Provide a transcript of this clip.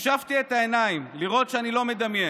שפשפתי את העיניים לראות שאני לא מדמיין.